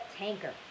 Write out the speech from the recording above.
tanker